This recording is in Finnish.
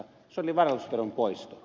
se oli varallisuusveron poisto